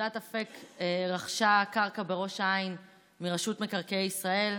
עתודת אפק רכשה קרקע בראש העין מרשות מקרקעי ישראל,